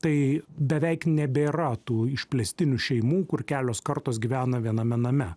tai beveik nebėra tų išplėstinių šeimų kur kelios kartos gyvena viename name